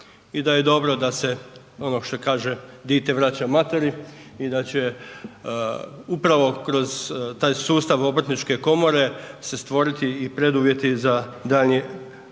i da je dobro da se ono što se kaže „dite vraća materi“ i da će upravo kroz taj sustav obrtničke komore se stvoriti i preduvjeti za daljnje